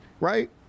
Right